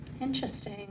interesting